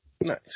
Nice